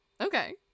Okay